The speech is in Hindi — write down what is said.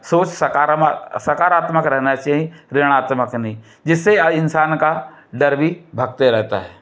सोच सकारात्मक रहना चाहिए नकारात्मक नहीं जिससे इंसान का डर भी भागते रहता है